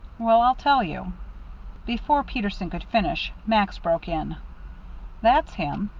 well, i'll tell you before peterson could finish, max broke in that's him.